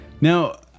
Now